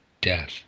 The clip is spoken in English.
death